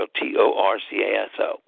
T-O-R-C-A-S-O